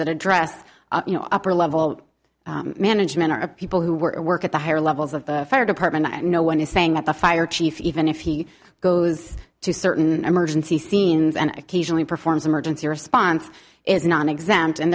that address you know upper level management of people who were at work at the higher levels of the fire department and no one is saying that the fire chief even if he goes to certain emergency scenes and occasionally performs emergency response is nonexempt and